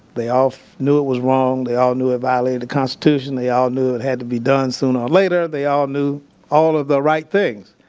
they all knew it was wrong, they all knew it violated the constitution, they all knew it had to be done sooner or later, they all knew all of the right things.